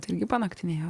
taigi panaktinėjot